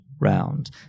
round